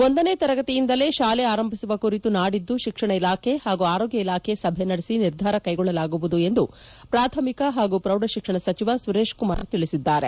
ಒಂದನೇ ತರಗತಿಯಿಂದಲೇ ಶಾಲೆ ಆರಂಭಿಸುವ ಕುರಿತು ನಾಡಿದ್ದು ಶಿಕ್ಷಣ ಇಲಾಖೆ ಹಾಗೂ ಆರೋಗ್ಯ ಇಲಾಖೆ ಸಭೆ ನಡೆಸಿ ನಿರ್ಧಾರ ಕೈಗೊಳ್ಳಲಾಗುವುದು ಎಂದು ಪ್ರಾಥಮಿಕ ಹಾಗೂ ಪ್ರೌಢಶಿಕ್ಷಣ ಸಚಿವ ಸುರೇಶಕುಮಾರ್ ತಿಳಿಸಿದ್ದಾರೆ